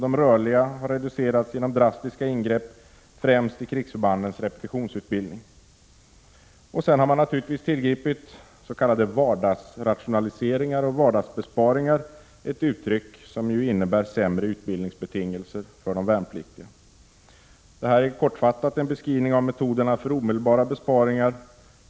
De rörliga har reducerats genom drastiska ingrepp främst i krigsförbandens repetitionsutbildning. Så har man tillgripit s.k. vardagsrationaliseringar och vardagsbesparingar, uttryck som innebär sämre utbildningsbetingelser för de värnpliktiga. Detta är en kortfattad beskrivning av metoderna för omedelbara besparingar.